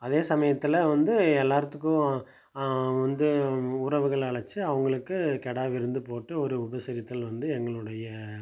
அதே சமயத்தில் வந்து எல்லாேர்த்துக்கும் வந்து உறவுகள் அழைச்சி அவங்களுக்கு கிடா விருந்து போட்டு ஒரு உபசரித்தல் வந்து எங்களுடைய